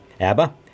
ABBA